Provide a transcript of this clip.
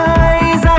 eyes